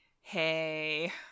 hey